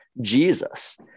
Jesus